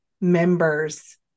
members